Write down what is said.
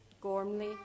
Gormley